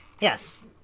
Yes